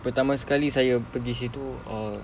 pertama sekali saya pergi situ uh